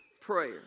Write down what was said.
prayer